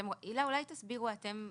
הילה, אולי תסבירו אתם?